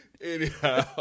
Anyhow